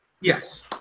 Yes